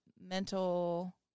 mental